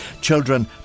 Children